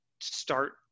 Start